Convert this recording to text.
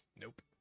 Nope